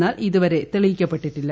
എന്നാൽ ഇതുവരെ തെളിയിക്കപ്പെട്ടിട്ടില്ല